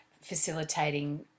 facilitating